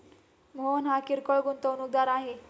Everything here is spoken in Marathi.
मोहन हा किरकोळ गुंतवणूकदार आहे